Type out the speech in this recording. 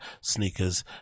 sneakers